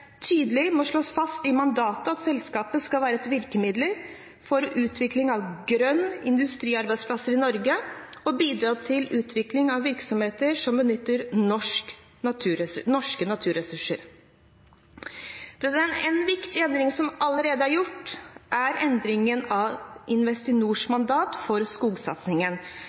må slås tydelig fast i mandatet at selskapet skal være et virkemiddel for utvikling av grønne industriarbeidsplasser i Norge og bidra til utvikling av virksomheter som benytter norske naturressurser. En viktig endring som allerede er gjort, er endringen av Investinors mandat for skogsatsingen,